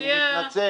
אני מתנצל.